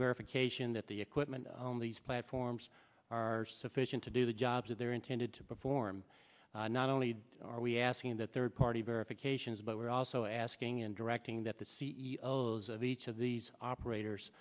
verification that the equipment on these platforms are sufficient to do the jobs of their intended to perform not only are we asking that third party verifications but we're also asking and directing that the c e o s of each of these operators